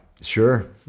Sure